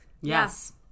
Yes